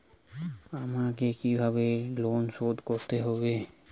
আমাকে কিভাবে লোন শোধ করতে হবে?